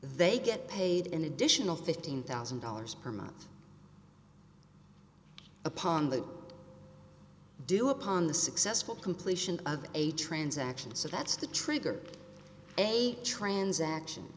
they get paid an additional fifteen thousand dollars per month upon the due upon the successful completion of a transaction so that's the trigger a transaction